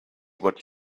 what